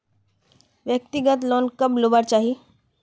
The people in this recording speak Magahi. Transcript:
व्यक्तिगत लोन कब लुबार चही?